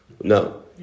No